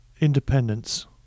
Independence